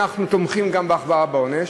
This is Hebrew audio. אנחנו תומכים גם בהחמרה בעונש.